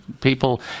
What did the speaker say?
people